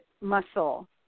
muscle